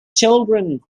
children